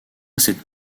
cette